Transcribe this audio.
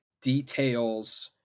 details